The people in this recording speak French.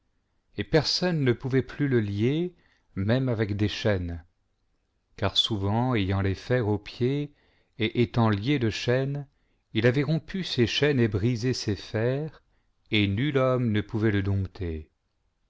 et personne ne pouvait plus le lier même avec des chaînes car souvent ayant les fers aux pieds et étant lié de chaînes il avait rompu ses chaînes et brisé ses fers et nui iiomme ne pouvait le dompter